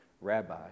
Rabbi